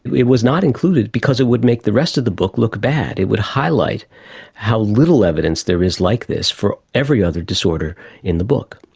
it was not included because it would make the rest of the book look bad, it would highlight how little evidence there is like this for every other disorder in the book.